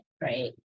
right